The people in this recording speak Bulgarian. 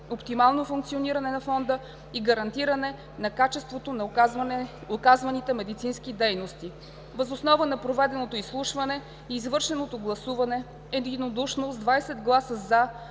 оптимално функциониране на Фонда и гарантиране на качеството на оказваните медицински дейности. Въз основа на проведеното изслушване и извършеното гласуване – единодушно с 20 гласа